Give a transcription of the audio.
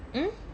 mm